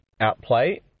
outplay